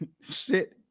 sit